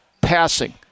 passing